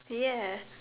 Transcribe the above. ya